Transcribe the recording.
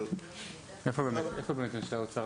אבל --- איפה באמת משרד האוצר?